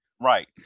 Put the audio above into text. right